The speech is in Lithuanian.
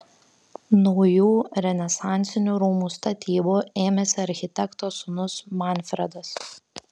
naujų renesansinių rūmų statybų ėmėsi architekto sūnus manfredas